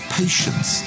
patience